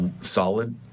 solid